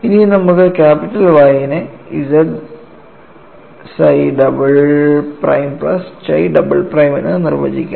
ഇനി നമുക്ക് capital Y നെ z psi double prime plus chi double prime എന്ന് നിർവചിക്കാം